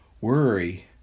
Worry